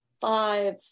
five